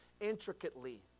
intricately